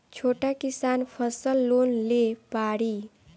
छोटा किसान फसल लोन ले पारी?